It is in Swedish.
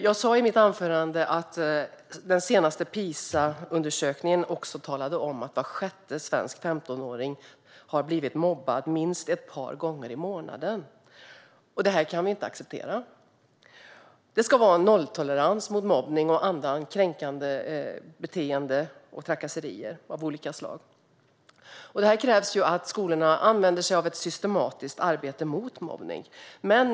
Jag sa i mitt anförande att den senaste PISA-undersökningen talade om att var sjätte svensk 15-åring har blivit mobbad minst ett par gånger i månaden. Det kan vi inte acceptera. Det ska vara nolltolerans mot mobbning och andra kränkande beteenden och trakasserier av olika slag. Det krävs att skolorna använder sig av ett systematiskt arbete mot mobbning.